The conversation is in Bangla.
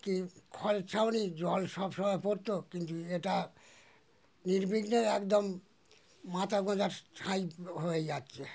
কি ছাউনি জল সব সময় পড়ত কিন্তু এটা নির্বিঘ্নে একদম মাথা গঁজার ঠাঁই হয়ে যাচ্ছে